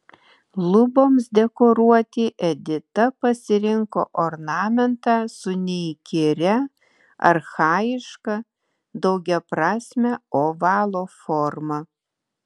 luboms dekoruoti edita pasirinko ornamentą su neįkyria archajiška daugiaprasme ovalo forma